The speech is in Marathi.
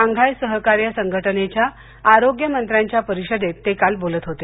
शांघाय सहकार्य संघटनेच्या आरोग्य मंत्र्यांच्या परिषदेत ते काल बोलत होते